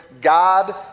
God